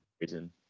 reason